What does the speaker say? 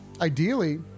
ideally